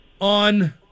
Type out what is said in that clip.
on